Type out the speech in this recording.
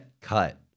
cut